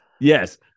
yes